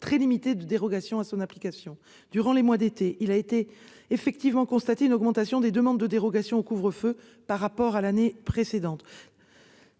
très limité des dérogations à son application. Durant les mois d'été, il a effectivement été constaté une augmentation des demandes de dérogation au couvre-feu par rapport à l'année précédente.